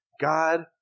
God